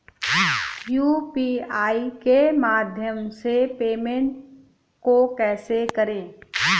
UPI के माध्यम से पेमेंट को कैसे करें?